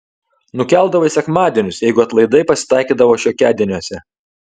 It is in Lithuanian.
nukeldavo į sekmadienius jeigu atlaidai pasitaikydavo šiokiadieniuose